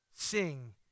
sing